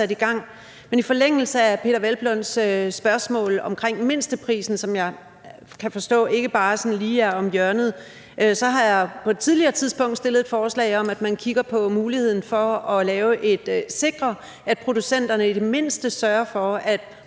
i gang. Men i forlængelse af Peder Hvelplunds spørgsmål omkring mindsteprisen, som jeg kan forstå ikke bare sådan er lige om hjørnet, så har jeg på et tidligere tidspunkt fremsat et forslag om, at man kigger på muligheden for at sikre, at producenterne i det mindste sørger for, at